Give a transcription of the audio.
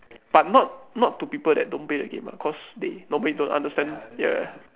but not not to people that don't play the game ah cause they normally don't understand ya